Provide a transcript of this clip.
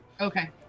okay